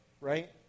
right